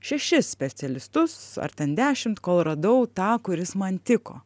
šešis specialistus ar ten dešimt kol radau tą kuris man tiko